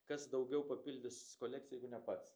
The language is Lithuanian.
kas daugiau papildys kolekciją jeigu ne pats